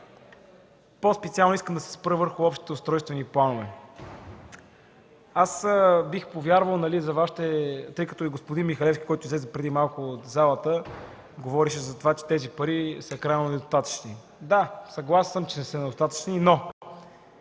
По-специално искам да се спра върху общите устройствени планове. Бих повярвал, тъй като и господин Михалевски, който излезе преди малко от залата, говореше, че тези пари са крайно недостатъчни. Да, съгласен съм, че са недостатъчни. Но